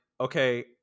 okay